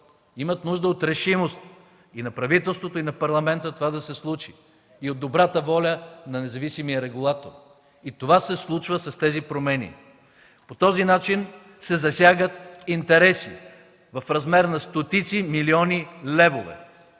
имат нужда от решимост и на правителството, и на Парламента това да се случи, и от добрата воля на независимия регулатор. Това се случва с тези промени. По този начин се засягат интереси в размер на стотици милиони левове.